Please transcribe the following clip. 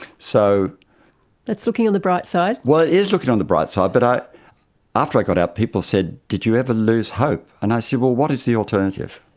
so that's looking on the bright side. well, it is looking on the bright side, but after i got out people said, did you ever lose hope? and i said, well, what is the alternative?